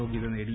യോഗ്യത നേടി